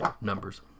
numbers